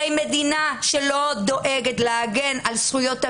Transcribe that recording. הרי מדינה שלא דואגת להגן על זכויות המיעוט,